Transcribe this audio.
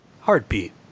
heartbeat